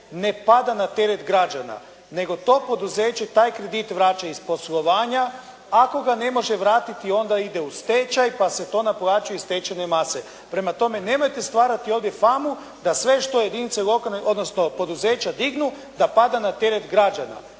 ne pada na teret građana, nego to poduzeće taj kredit vraća iz poslovanja ako ga ne može vratiti onda ide u stečaj pa se to naplaćuje iz stečajne mase. Prema tome, nemojte stvarati ovdje famu da sve što jedinice lokalne, odnosno poduzeća dignu da pada na teret građana.